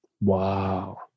Wow